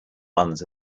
ones